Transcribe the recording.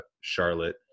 Charlotte